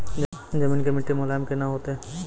जमीन के मिट्टी मुलायम केना होतै?